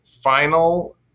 final